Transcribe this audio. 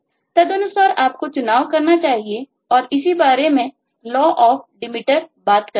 तदनुसार आपको चुनाव करना चाहिए और इसी बारे में Law of Demeter बात करता है